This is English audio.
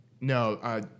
no